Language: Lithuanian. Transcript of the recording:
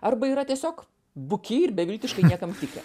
arba yra tiesiog buki ir beviltiškai niekam tikę